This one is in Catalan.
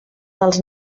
dels